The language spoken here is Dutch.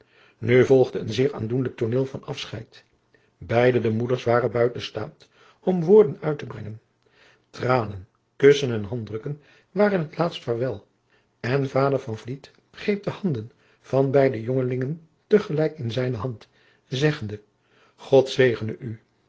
nu volgde een zeer aandoenlijk tooneel van afscheid beide de moeders waren buiten staat om woorden uit te brengen tranen kussen en handdrukken waren het laatst vaarwel en vader van vliet greep de handen van beide jongelingen te gelijk in zijne hand zeggende god zegene u